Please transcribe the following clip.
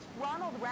Ronald